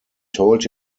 told